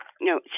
No